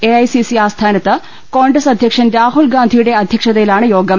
AICC ആസ്ഥാനത്ത് കോൺഗ്രസ് അധ്യക്ഷൻ രാഹുഗാന്ധിയുടെ അധൃക്ഷതയിലാണ് യോഗം